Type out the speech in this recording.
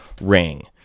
ring